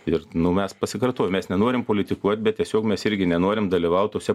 ir nu mes pasikartoju mes nenorim politikuot bet tiesiog mes irgi nenorim dalyvaut tuose